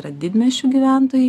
yra didmiesčių gyventojai